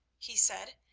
he said,